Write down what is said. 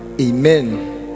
Amen